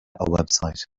website